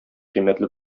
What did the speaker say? кыйммәтле